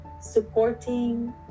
supporting